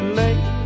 late